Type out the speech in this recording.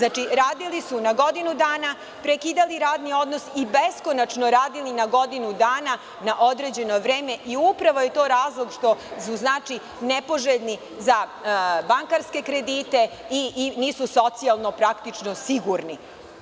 Znači, radili su na godinu dana, prekidali radni odnos i beskonačno radili na godinu dana na određeno vreme i upravo je to razlog što nepoželjni za bankarske kredite i nisu socijalno praktično sigurni.